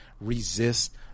resist